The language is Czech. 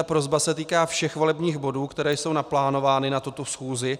Prosba se týká všech volebních bodů, které jsou naplánovány na tuto schůzi.